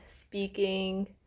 speaking